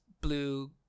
blue